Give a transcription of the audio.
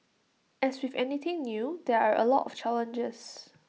as with anything new there are A lot of challenges